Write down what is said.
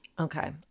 Okay